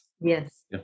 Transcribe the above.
Yes